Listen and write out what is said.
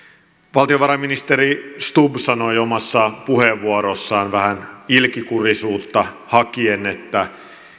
valtiovarainministeri stubb sanoi omassa puheenvuorossaan vähän ilkikurisuutta hakien että